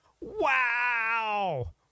Wow